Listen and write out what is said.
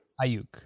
Ayuk